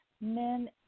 men